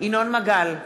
ינון מגל,